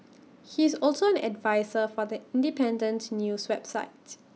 he is also an adviser for The Independence news website